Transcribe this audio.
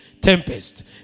tempest